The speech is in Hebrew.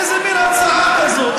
איזה מין הצעה זו?